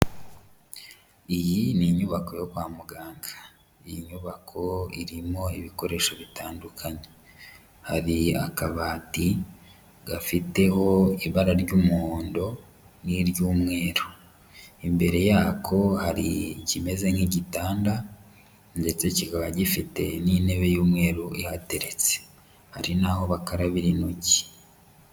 Iyi ni inyubako yo kwa muganga, iyi nyubako irimo ibikoresho bitandukanye, hari akabati gafiteho ibara ry'umuhondo n'iry'umweru, imbere yako hari ikimeze nk'igitanda ndetse kikaba gifite n'intebe y'umweru ihateretse, hari n'aho bakarabira intoki.